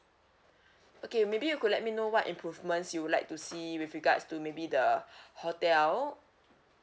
okay maybe you could let me know what improvements you'd like to see with regards to maybe the hotel